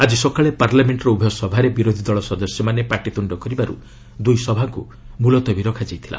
ଆଜି ସକାଳେ ପାର୍ଲାମେଣ୍ଟର ଉଭୟ ସଭାରେ ବିରୋଧୀ ଦଳ ସଦସ୍ୟମାନେ ପାଟିତ୍ରଣ୍ଣ କରିବାର୍ ଦୂଇ ସଭାକୁ ମୁଲତବି ରଖା ଯାଇଥିଲା